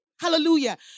hallelujah